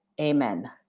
Amen